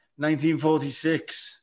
1946